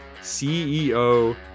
CEO